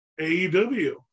AEW